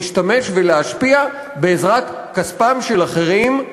להשתמש ולהשפיע בעזרת כספם של אחרים.